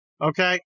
Okay